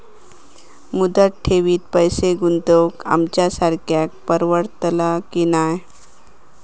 मुदत ठेवीत पैसे गुंतवक आमच्यासारख्यांका परवडतला की नाय?